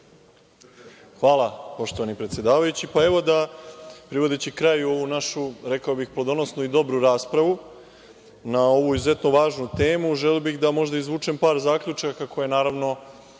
Hvala, poštovani predsedavajući, privodeći kraju ovu našu, rekao bih, plodonosnu i dobru raspravu na ovu izuzetno važnu temu, želeo bih da možda izvučem par zaključaka koje naravno,